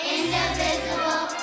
indivisible